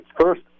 first